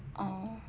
oh